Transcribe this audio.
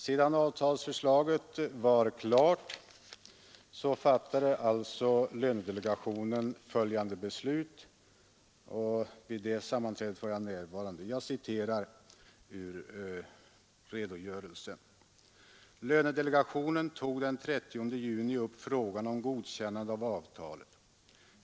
Sedan avtalsförslaget var klart fattade alltså lönedelegationen, vid ett sammanträde där jag var närvarande, följande beslut. Jag citerar ur redogörelsen: ”Lönedelegationen tog den 30 juni upp frågan om godkännande av avtalet.